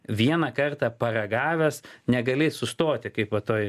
vieną kartą paragavęs negali sustoti kaip va toj